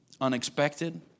unexpected